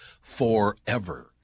forever